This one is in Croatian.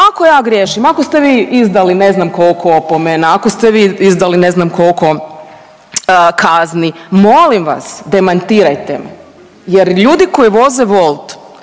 Ako ja griješim, ako ste vi izdali, ne znam koliko opomena, ako ste vi izdali ne znam koliko kazni, molim vas, demantirajte me jer ljudi koji voze Wolt,